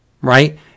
right